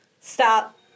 Stop